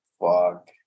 Fuck